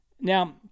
Now